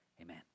amen